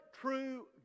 true